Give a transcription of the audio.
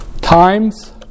times